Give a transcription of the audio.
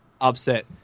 upset